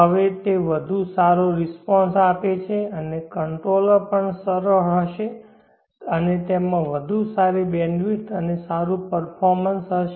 હવે તે વધુ સારો રિસ્પોન્સ આપે છે અને કંટ્રોલર પણ સરળ હશે અને તેમાં વધુ સારી બેન્ડવિડ્થ અને સારું પરફોર્મન્સ હશે